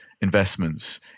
investments